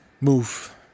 move